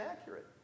accurate